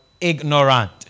Ignorant